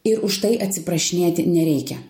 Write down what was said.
ir už tai atsiprašinėti nereikia